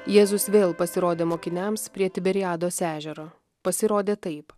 jėzus vėl pasirodė mokiniams prie tiberiados ežero pasirodė taip